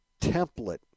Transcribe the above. template